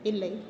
இல்லை